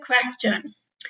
questions